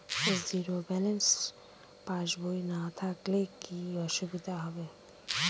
Zero balance পাসবই না থাকলে কি কী অসুবিধা হবে?